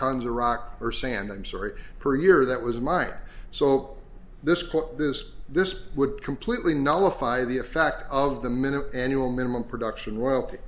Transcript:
tons of rock or sand i'm sorry per year that was mine so this quote is this would completely nullify the effect of the minute annual minimum production wealthy